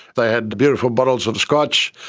they had beautiful bottles of scotch,